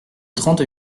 trente